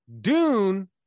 Dune